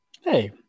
Hey